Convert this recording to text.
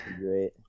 Great